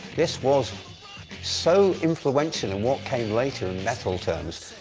this was so influential in what came later in metal terms,